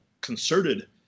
concerted